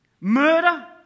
murder